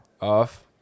Off